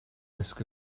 risk